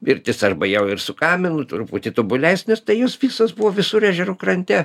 pirtys arba jau ir su kaminu truputį tobulesnės tai jos visos buvo visur ežerų krante